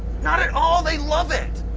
not at all. they love it.